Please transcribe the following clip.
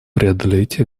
преодолеть